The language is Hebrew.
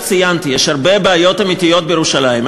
אני ציינתי שיש הרבה בעיות אמיתיות בירושלים.